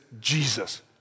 Jesus